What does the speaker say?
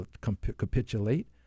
capitulate